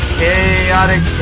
Chaotic